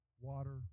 Water